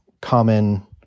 common